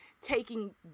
taking